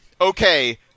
okay